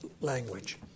language